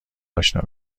اشنا